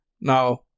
Now